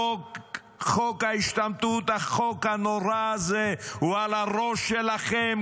חוק ההשתמטות, החוק הנורא הזה, הוא על הראש שלכם.